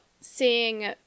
seeing